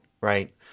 right